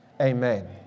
Amen